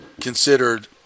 considered